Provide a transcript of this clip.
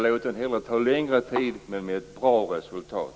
Låt den hellre ta längre tid på sig, men med ett bra resultat.